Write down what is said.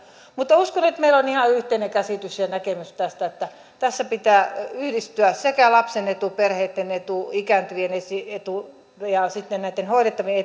mutta uskon että meillä on ihan yhteinen käsitys ja näkemys tästä että tässä pitää yhdistyä sekä lapsen etu perheitten etu ikääntyvien etu että näitten hoidettavien